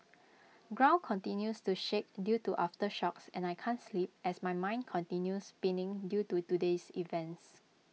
ground continues to shake due to aftershocks and I can't sleep as my mind continue spinning due to today's events